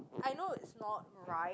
I know it's not right